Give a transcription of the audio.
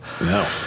no